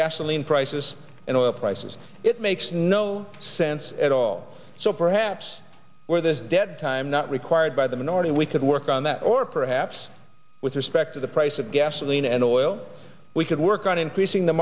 gasoline prices and oil prices it makes no sense at all so perhaps where this dead time not required by the minority we could work on that or perhaps with respect to the price of saline and oil we could work on increasing the